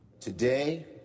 Today